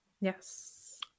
Yes